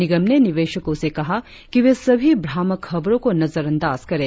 निगम ने निवेशकों से कहा कि वे सभी भ्रामक खबरों को नजर अंदाज करें